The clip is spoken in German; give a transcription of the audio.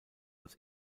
als